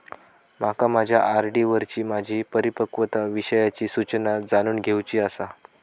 माका माझ्या आर.डी वरची माझी परिपक्वता विषयची सूचना जाणून घेवुची आसा